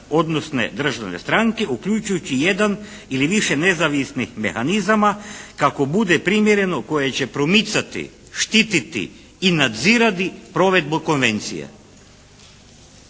odnosne državne stranke, uključujući jedan ili više nezavisnih mehanizama kako bude primjereno koje je će promicati, štiti i nadzirati provedbu Konvencije.